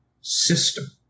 system